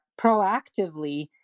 proactively